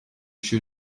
sure